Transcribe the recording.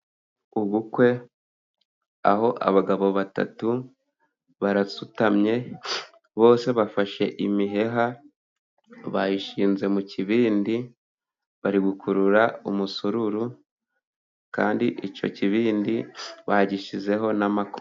Ubukwe aho abagabo batatu basutamye, bose bafashe imiheha bayishinze mu kibindi, bari gukurura umusururu kandi icyo kibindi bagishyizeho n'amakoma.